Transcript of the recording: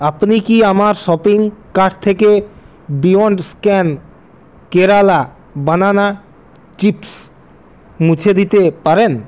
আপনি কি আমার শপিং কার্ট থেকে বিয়ন্ড স্ক্যান কেরালা বানানা চিপস্ মুছে দিতে পারেন